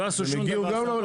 לא עשו שום דבר.